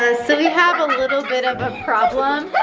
ah so we have a little bit of a problem.